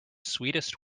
sweetest